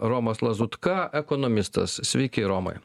romas lazutka ekonomistas sveiki romai